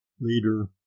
leader